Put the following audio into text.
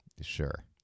Sure